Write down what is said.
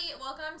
Welcome